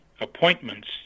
appointments